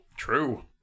true